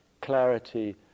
clarity